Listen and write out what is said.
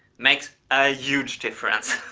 makes a huge difference!